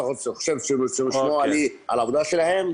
אתה חושב שהם ישמעו לי על העבודה שלהם?